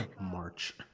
march